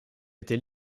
était